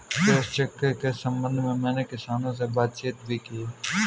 कृषि चक्र के संबंध में मैंने किसानों से बातचीत भी की है